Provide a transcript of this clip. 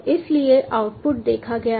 इसलिए आउटपुट देखा गया है